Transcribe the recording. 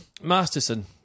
Masterson